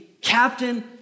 captain